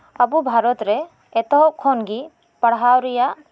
ᱟᱵᱚ ᱵᱷᱟᱨᱚᱛ ᱨᱮ ᱮᱛᱚᱦᱚᱵ ᱠᱷᱚᱱᱜᱮ ᱯᱟᱲᱦᱟᱣ ᱨᱮᱭᱟᱜ